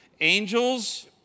Angels